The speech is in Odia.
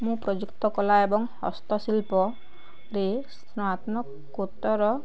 ମୁଁ ପ୍ରଯୁକ୍ତ କଳା ଏବଂ ହସ୍ତଶିଳ୍ପରେ ସ୍ନାତକୋତ୍ତର